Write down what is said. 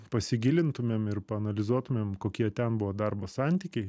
pasigilintumėm ir paanalizuotumėm kokie ten buvo darbo santykiai